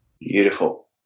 Beautiful